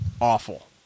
awful